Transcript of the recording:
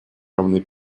равны